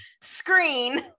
screen